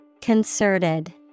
Concerted